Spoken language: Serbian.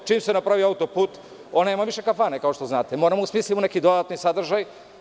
Čim se napravi auto-put, oni imaju obične kafane kao što znate, moramo da smislimo neki dodatni sadržaj.